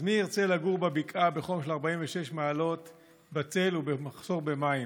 אז מי ירצה לגור בבקעה בחום של 46 מעלות בצל ובמחסור במים?